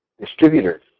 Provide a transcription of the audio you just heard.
distributors